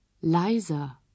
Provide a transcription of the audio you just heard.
Leiser